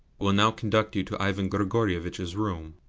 will now conduct you to ivan grigorievitch's room.